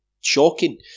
shocking